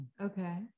okay